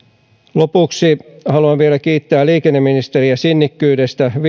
lopuksi haluan vielä kiittää liikenneministeriä sinnikkyydestä